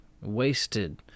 wasted